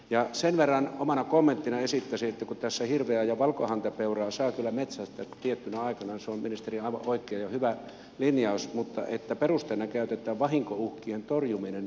ja sen verran omana kommenttina esittäisin että kun tässä hirveä ja valkohäntäpeuraa saa kyllä metsästää tiettynä aikana se on ministeri aivan oikein ja hyvä linjaus mutta jos perusteena käytetään vahinkouhkien torjumista niin minusta se on virheellinen peruste